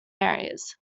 areas